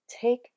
take